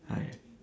!aiya!